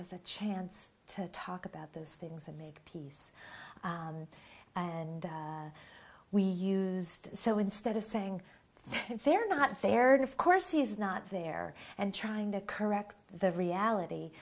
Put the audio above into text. as a chance to talk about those things and make peace and we used so instead of saying they're not there and of course she's not there and trying to correct the reality